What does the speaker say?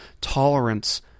tolerance